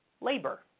labor